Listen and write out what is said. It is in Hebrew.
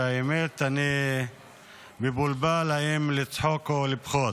והאמת, אני מבולבל, אם לצחוק או לבכות.